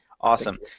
Awesome